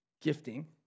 gifting